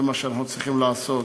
זה מה שאנחנו צריכים לעשות